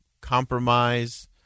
compromise